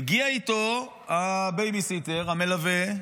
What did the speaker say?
מגיע איתו הבייביסיטר המלווה,